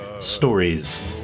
Stories